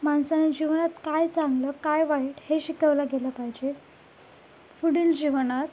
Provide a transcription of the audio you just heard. माणसाने जीवनात काय चांगलं काय वाईट हे शिकवलं गेलं पाहिजे पुढील जीवनात